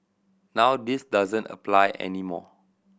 now this doesn't apply any more